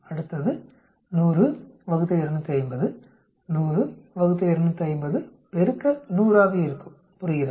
அடுத்தது 100 ÷ 250 100 250 100 ஆக இருக்கும் புரிகிறதா